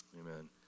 Amen